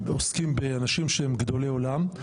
אנחנו עוסקים באנשים שהם גדולי עולם,